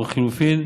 או לחלופין,